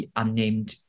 unnamed